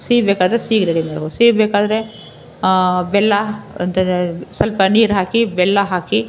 ಸಿಹಿ ಬೇಕಾದರೆ ಸೀಗೆ ರೆಡಿ ಮಾಡ್ಬೋದು ಸಿಹಿ ಬೇಕಾದರೆ ಬೆಲ್ಲ ಒಂಥರ ಸಲ್ಪ ನೀರು ಹಾಕಿ ಬೆಲ್ಲ ಹಾಕಿ